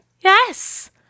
Yes